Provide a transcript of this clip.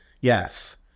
Yes